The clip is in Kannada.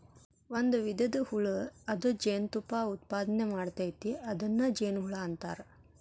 ಒಂದು ವಿಧದ ಹುಳು ಅದ ಜೇನತುಪ್ಪಾ ಉತ್ಪಾದನೆ ಮಾಡ್ತತಿ ಅದನ್ನ ಜೇನುಹುಳಾ ಅಂತಾರ